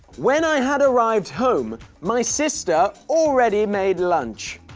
when i had arrived home, my sister already made lunch.